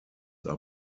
are